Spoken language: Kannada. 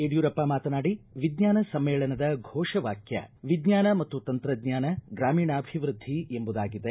ಯಡಿಯೂರಪ್ಪ ಮಾತನಾಡಿ ವಿಜ್ವಾನ ಸಮ್ಮೇಳನದ ಘೋಷವಾಕ್ಯ ವಿಜ್ವಾನ ಮತ್ತು ತಂತ್ರಜ್ವಾನ ಗ್ರಾಮೀಣಾಭಿವೃದ್ಧಿ ಎಂಬುದಾಗಿದೆ